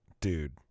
Dude